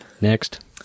Next